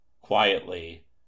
Quietly